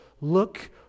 look